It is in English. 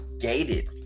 gated